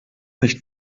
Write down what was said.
nicht